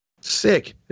Sick